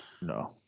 No